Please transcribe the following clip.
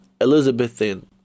Elizabethan